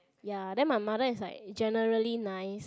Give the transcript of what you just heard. ya then my mother is like generally nice